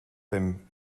beim